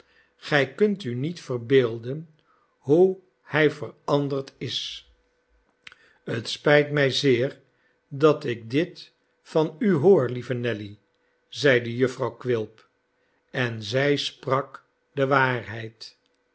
gij kunt u niet verbeelden hoe hij veranderd is het spijt mij zeer dat ik dit van u hoor lieve nelly zeide jufvrouw quilp en zij sprak de waarheid